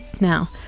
Now